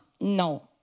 No